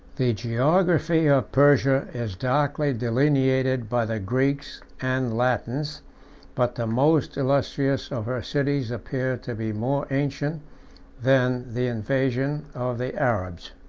the geography of persia is darkly delineated by the greeks and latins but the most illustrious of her cities appear to be more ancient than the invasion of the arabs.